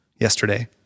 yesterday